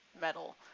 metal